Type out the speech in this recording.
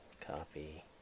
copy